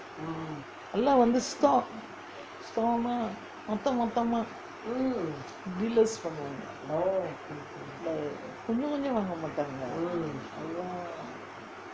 எல்லாம் வந்து:ellam vanthu store store னா மொத்தம் மொத்தமா:naa motham mothamma dealers பண்ணுவாங்கே கொஞ்சம் கொஞ்சம் வாங்க மாட்டாங்கே:pannuvaangae konjam konjamaa vaangae matanggae